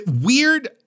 weird